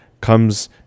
comes